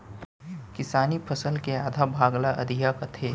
किसानी फसल के आधा भाग ल अधिया कथें